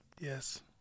Yes